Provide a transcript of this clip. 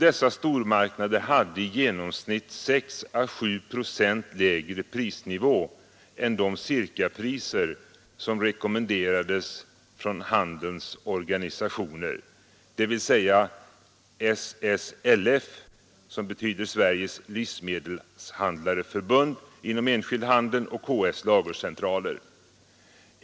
Dessa stormarknader hade i genomsnitt 6 å 7 procent lägre prisnivå än de cirkapriser som rekommenderades från handelns organisationer, dvs. SSLF — som betyder Sveriges livsmedelshandlareförbund — inom enskild handel och KF:s lagercentraler.